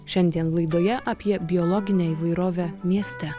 šiandien laidoje apie biologinę įvairovę mieste